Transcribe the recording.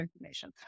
information